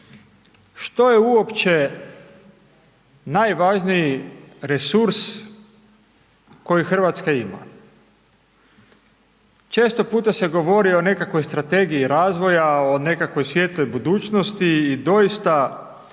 što je uopće najvažniji resurs koji Hrvatska ima. Često puta se govori o nekakvoj strategiji razvoja, o nekakvoj svijetloj budućnosti i doista što